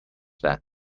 that